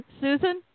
Susan